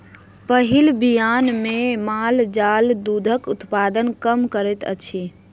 पहिल बियान मे माल जाल दूधक उत्पादन कम करैत छै